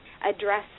address